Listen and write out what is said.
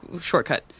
shortcut